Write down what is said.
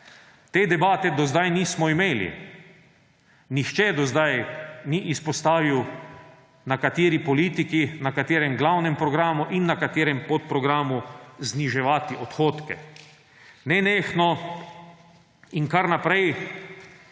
Te debate do sedaj nismo imeli. Nihče do sedaj ni izpostavil, na kateri politiki, na katerem glavnem programu in na katerem podprogramu zniževati odhodke. Nenehno in kar naprej